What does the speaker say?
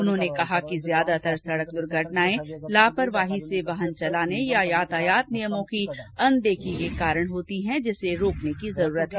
उन्होंने कहा कि ज्यादातर सड़क दुर्धटनाएं लापरवाही से वाहन चलाने या यातायात नियमों की अनदेखी के कारण होती हैं जिसे रोकने की जरूरत है